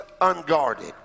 unguarded